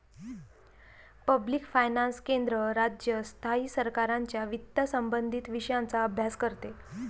public finance केंद्र, राज्य, स्थायी सरकारांच्या वित्तसंबंधित विषयांचा अभ्यास करते